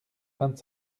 vingt